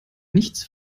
nichts